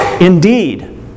indeed